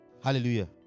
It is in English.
Hallelujah